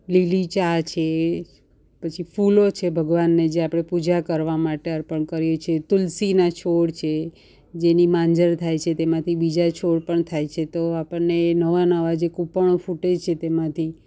લીલી ચા છે પછી ફૂલો છે ભગવાનને જે આપણે પૂજા કરવા માટે અર્પણ કરીએ છીએ તુલસીના છોડ છે જેની માંજર થાય છે તેમાંથી બીજા છોડ પણ થાય છે તો આપણને નવાં નવાં જે કૂંપણો ફૂટે છે તેમાંથી